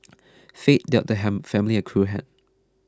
fate dealt the ham family a cruel hand